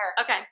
Okay